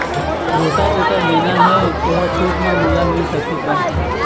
Rotavator लेना हे ओहर छूट म मोला मिल सकही का?